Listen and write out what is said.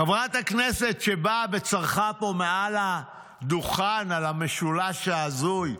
חברת הכנסת שבאה וצרחה פה מעל הדוכן על המשולש ההזוי,